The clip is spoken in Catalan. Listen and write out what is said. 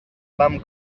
vam